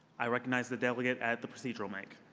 i recognize the delegate at the procedural mic.